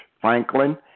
Franklin